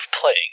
playing